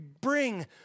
bring